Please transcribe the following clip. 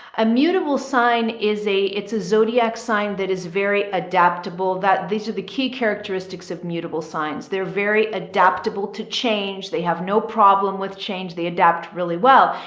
a mutable sign is a, it's a zodiac sign that is very adaptable, that these are the key characteristics of mutable signs. they're very adaptable to change. they have no problem with change. they adapt really well.